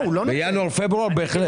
בינואר-פברואר בהחלט.